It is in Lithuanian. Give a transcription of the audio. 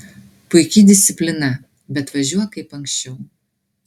puiki disciplina bet važiuok kaip anksčiau